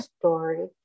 story